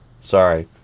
Sorry